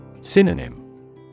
Synonym